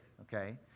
okay